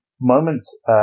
moments